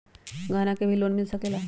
गहना से भी लोने मिल सकेला?